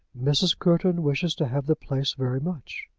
mrs. courton wishes to have the place very much.